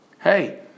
hey